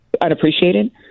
unappreciated